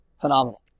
phenomenal